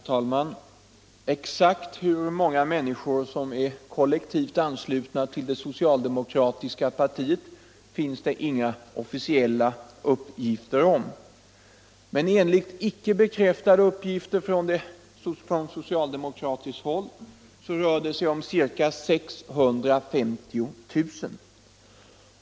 Herr talman! Exakt hur många människor som är kollektivanslutna till det socialdemokratiska partiet finns det inga officiella uppgifter om. Men enligt icke bekräftade uppgifter från socialdemokratiskt håll rör det sig om ca 650 000.